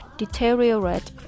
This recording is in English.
deteriorate